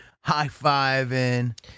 high-fiving